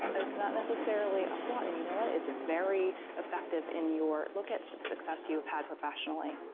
it's not necessarily a flaw. and you know what? it's very effective in your look at the success you've had professionally.